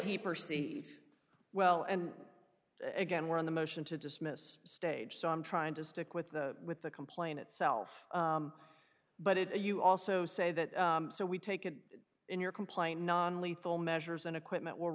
he perceive well and again we're in the motion to dismiss stage so i'm trying to stick with the with the complaint itself but if you also say that so we take it in your complaint non lethal measures and equipment were